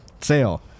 sale